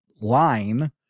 line